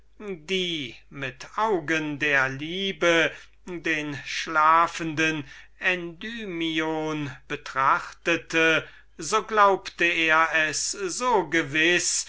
sie mit augen der liebe den schlafenden endymion betrachtet so glaubte er es so gewiß